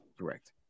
Correct